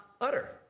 utter